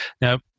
now